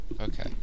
Okay